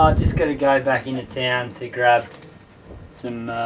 just gotta go back into town to grab some